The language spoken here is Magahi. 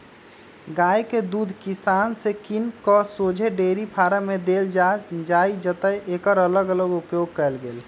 गाइ के दूध किसान से किन कऽ शोझे डेयरी फारम में देल जाइ जतए एकर अलग अलग उपयोग कएल गेल